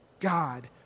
God